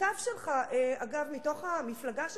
השותף שלך, אגב, מתוך המפלגה שלך,